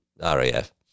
raf